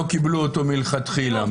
לא קיבלו אותו מלכתחילה.